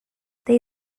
they